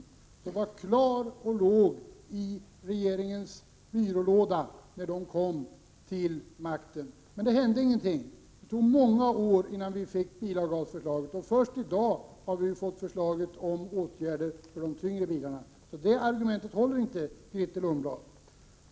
Utredningen var klar och låg i regeringens byrålåda när socialdemokraterna kom till makten. Men det hände ingenting. Det tog många år innan vi fick förslaget om avgasrening, och först i dag har vi ju fått förslaget om åtgärder för de tyngre bilarna. Så det argumentet håller inte, Grethe Lundblad.